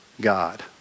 God